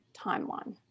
timeline